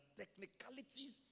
technicalities